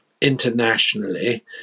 internationally